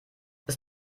ist